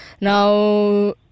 Now